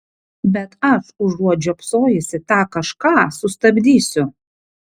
bet aš užuot žiopsojusi tą kažką sustabdysiu